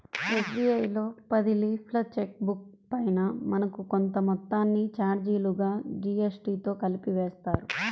SBI లో పది లీఫ్ల చెక్ బుక్ పైన మనకు కొంత మొత్తాన్ని చార్జీలుగా జీఎస్టీతో కలిపి వేస్తారు